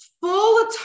Full